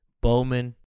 Bowman